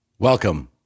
Welcome